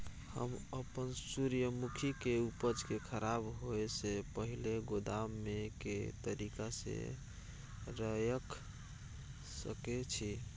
हम अपन सूर्यमुखी के उपज के खराब होयसे पहिले गोदाम में के तरीका से रयख सके छी?